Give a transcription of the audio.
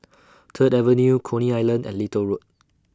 Third Avenue Coney Island and Little Road